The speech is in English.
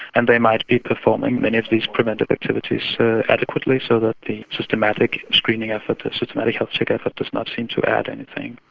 and they might be performing many of these preventive activities adequately so that the systematic screening effort, the systematic health check effort does not seem to add anything.